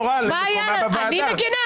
אני מגינה?